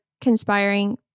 conspiring